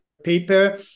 paper